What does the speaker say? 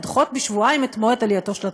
לדחות בשבועיים את מועד עלייתו של התאגיד.